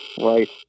Right